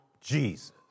Jesus